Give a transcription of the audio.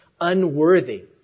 unworthy